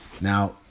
Now